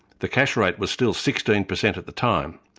the cash rate was still sixteen percent at the time,